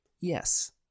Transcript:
Yes